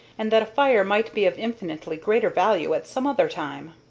and that a fire might be of infinitely greater value at some other time.